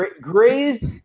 Gray's